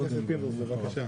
חבר הכנסת פינדרוס, בבקשה.